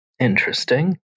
Interesting